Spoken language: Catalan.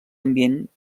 ambient